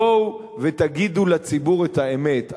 בואו ותגידו לציבור את האמת,